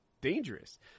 dangerous